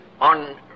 on